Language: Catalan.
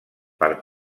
per